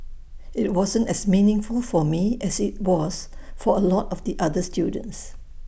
IT wasn't as meaningful for me as IT was for A lot of the other students